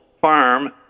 farm